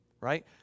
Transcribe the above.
right